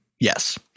Yes